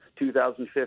2015